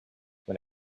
when